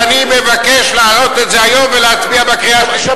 אז אני מבקש להעלות את זה היום ולהצביע בקריאה השלישית,